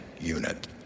unit